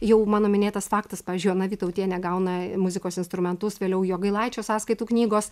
jau mano minėtas faktas pavyzdžiui ona vytautienė gauna muzikos instrumentus vėliau jogailaičio sąskaitų knygos